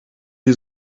die